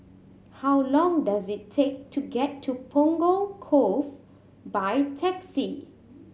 how long does it take to get to Punggol Cove by taxi